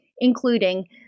including